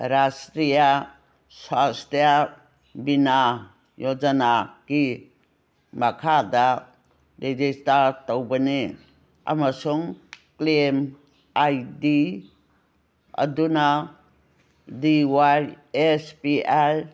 ꯔꯥꯁꯇ꯭ꯔꯤꯌꯥ ꯁ꯭ꯋꯥꯁꯇꯥ ꯕꯤꯅꯥ ꯌꯣꯖꯅꯥꯒꯤ ꯃꯈꯥꯗ ꯔꯦꯖꯤꯁꯇꯥꯔ ꯇꯧꯕꯅꯤ ꯑꯃꯁꯨꯡ ꯀ꯭ꯂꯦꯝ ꯑꯥꯏ ꯗꯤ ꯑꯗꯨꯅ D Y S P L